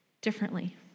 differently